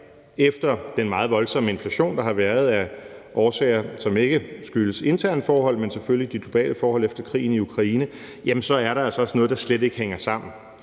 efter den meget voldsomme inflation, der har været af årsager, som ikke skyldes interne forhold, men selvfølgelig de globale forhold efter krigen i Ukraine, er der altså også noget, der slet ikke hænger sammen.